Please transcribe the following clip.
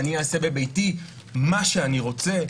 "אני אעשה בביתי מה שאני רוצה",